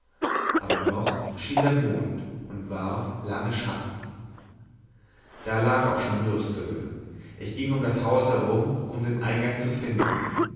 aber noch schien der mond und warf lange schatten da lag auch schon myrstöl ich ging um das haus herum um den eingang zu finden